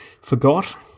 forgot